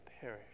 perish